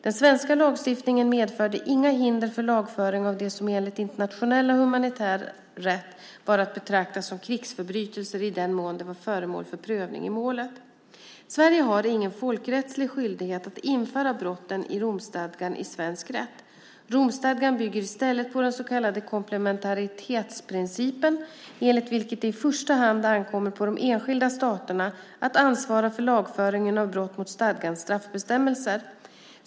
Den svenska lagstiftningen medförde inga hinder för lagföring av det som enligt internationell humanitär rätt var att betrakta som krigsförbrytelser i den mån det var föremål för prövning i målet. Sverige har ingen folkrättslig skyldighet att införa brotten i Romstadgan i svensk rätt. Romstadgan bygger i stället på den så kallade komplementaritetsprincipen enligt vilken det i första hand ankommer på de enskilda staterna att ansvara för lagföringen av brott mot stadgans straffbestämmelser.